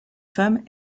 femme